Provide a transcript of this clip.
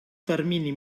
termini